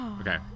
Okay